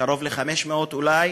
קרוב ל-500 אולי,